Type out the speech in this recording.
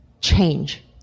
change